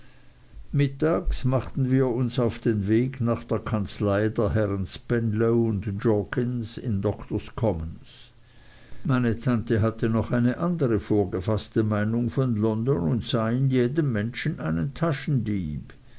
mittags machten wir uns auf den weg nach der kanzlei der herren spenlow jorkins in doktors commons meine tante hatte noch eine andere vorgefaßte meinung von london und sah in jedem menschen einen taschendieb